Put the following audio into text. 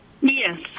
Yes